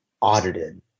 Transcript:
audited